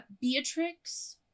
Beatrix